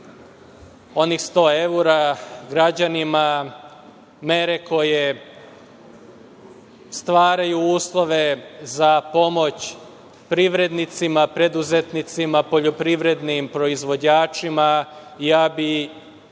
onih 100 evra građanima, mere koje stvaraju uslove za pomoć privrednicima, preduzetnicima, poljoprivrednim proizvođačima. Ja bi